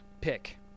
pick